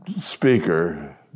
speaker